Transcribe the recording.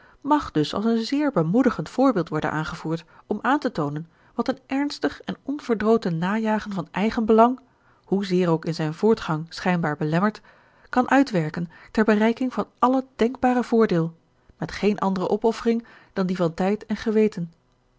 mag dus als een zeer bemoedigend voorbeeld worden aangevoerd om aan te toonen wat een ernstig en onverdroten najagen van eigen belang hoezeer ook in zijn voortgang schijnbaar belemmerd kan uitwerken ter bereiking van alle denkbare voordeel met geene andere opoffering dan die van tijd en geweten